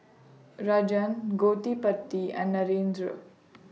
Rajan Gottipati and Narendra